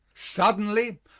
suddenly,